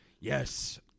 Yes